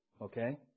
Okay